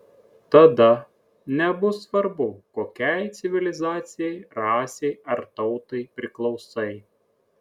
tada nebus svarbu kokiai civilizacijai rasei ar tautai priklausai